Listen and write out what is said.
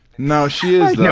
no, she is, though.